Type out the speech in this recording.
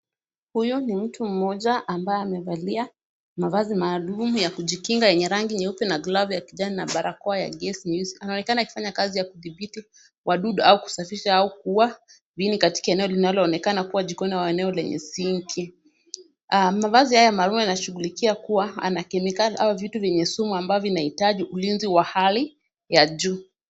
Huyo ni mtu mmoja ambaye amevalia mavazi maalum ya kujikinga yenye rangi nyeupe na glavu ya kijani na barakoa ya gesi nyeusi. Anaonekana akifanya kazi ya kudhibiti wadudu au kusafisha au kuua viini katika eneo linaloonekana kuwa jikoni au eneo lenye sinki . Mavazi haya mwanaume anashughulikia kuwa ana kemikali au vitu vyenye sumu ambavyo vinahitaji ulinzi wa hali ya juu.